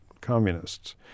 communists